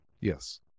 Yes